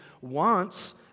wants